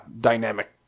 dynamic